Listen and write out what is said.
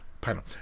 Panel